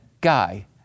guy